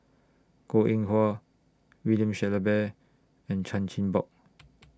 Goh Eng Wah William Shellabear and Chan Chin Bock